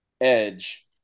Edge